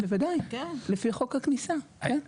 בוודאי, לפי חוק הכניסה, כן.